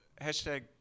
hashtag